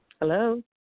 Hello